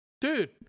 Dude